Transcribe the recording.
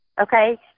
Okay